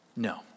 No